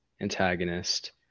antagonist